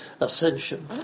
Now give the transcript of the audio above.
ascension